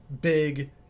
big